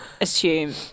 assume